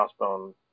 crossbone